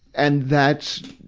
and that's,